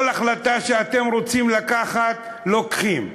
כל החלטה שאתם רוצים לקחת, לוקחים.